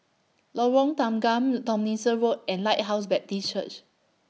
Lorong Tanggam Tomlinson Road and Lighthouse Baptist Church